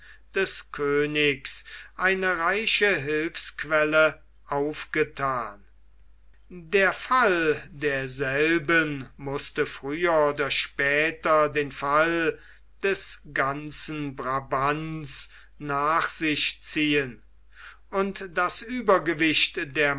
des königs eine reiche hilfsquelle aufgethan der fall derselben mußte früher oder später den fall des ganzen brabants nach sich ziehen und das uebergewicht der